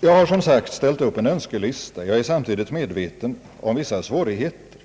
Jag har, som sagt, ställt upp en önskelista. Jag är samtidigt medveten om vissa svårigheter.